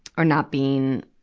or not being,